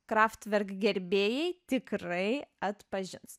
kraftverk gerbėjai tikrai atpažins